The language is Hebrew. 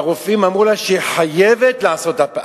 והרופאים אמרו לה שהיא חייבת לעשות הפלה,